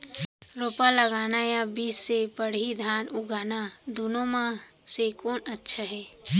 रोपा लगाना या बीज से पड़ही धान उगाना दुनो म से कोन अच्छा हे?